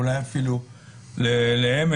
או אפילו לאמש,